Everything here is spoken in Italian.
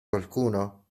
qualcuno